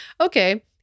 okay